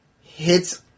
hits